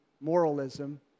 moralism